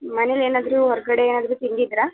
ಮನೆಲ್ಲೇನಾದ್ರೂ ಹೊರ್ಗಡೆ ಏನಾದರೂ ತಿಂದಿದ್ದಿರಾ